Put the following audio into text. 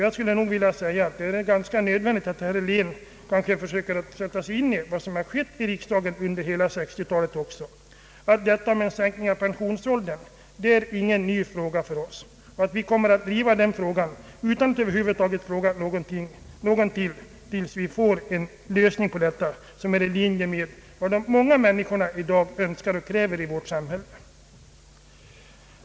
Jag finner det ganska nödvändigt att herr Helén försöker sätta sig in i vad som skett under hela sextiotalet här i riksdagen. Sänkningen av pensionsåldern är ingen ny fråga för oss och vi kommer att driva denna fråga tills vi får till stånd en lösning som ligger i linje med vad de många människorna i dag önskar och kräver i vårt samhälle.